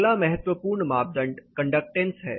अगला महत्वपूर्ण मापदंड कंडक्टेंस है